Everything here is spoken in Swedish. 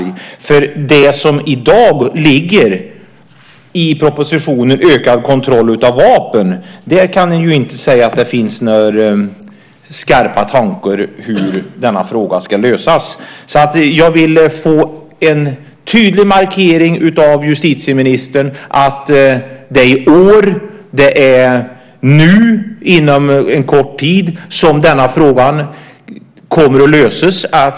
Man kan ju inte säga att det finns några skarpa tankar på hur den här frågan ska lösas i propositionen Ökad kontroll av vapen . Jag vill få en tydlig markering av justitieministern att den här frågan kommer att lösas nu i år, inom en kort tid.